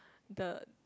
the